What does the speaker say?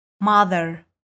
Mother